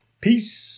peace